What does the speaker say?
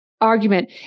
argument